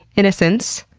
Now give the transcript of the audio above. innocence.